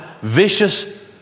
vicious